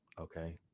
Okay